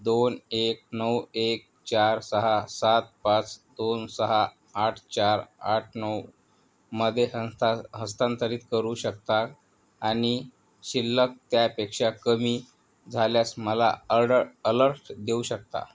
दोन एक नऊ एक चार सहा सात पाच दोन सहा आठ चार आठ नऊमध्ये हंता हस्तांतरीत करू शकता आणि शिल्लक त्यापेक्षा कमी झाल्यास मला अर्डर अलर्ट देऊ शकता